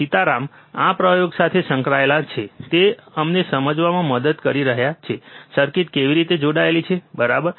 સીતારામ આ પ્રયોગ સાથે સંકળાયેલા છે તે અમને સમજવામાં મદદ કરી રહ્યા છે સર્કિટ કેવી રીતે જોડાયેલી છે બરાબર